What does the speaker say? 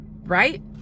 right